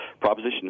Proposition